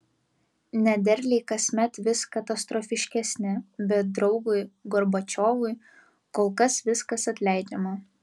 nederliai kasmet vis katastrofiškesni bet draugui gorbačiovui kol kas viskas atleidžiama